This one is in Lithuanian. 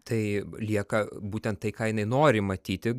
tai lieka būtent tai ką jinai nori matyti